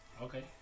Okay